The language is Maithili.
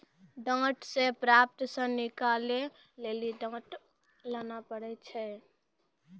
डांट से प्राप्त सन निकालै लेली डांट लाना पड़ै छै